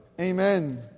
Amen